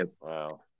wow